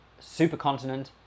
supercontinent